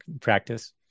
practice